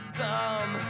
dumb